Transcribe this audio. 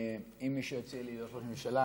אם מישהו יציע לי להיות ראש ממשלה,